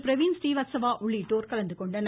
பிரவீன் ஸ்ரீவத்சவா உள்ளிட்டோர் கலந்து கொண்டனர்